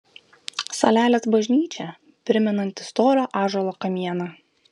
salelės bažnyčia primenanti storą ąžuolo kamieną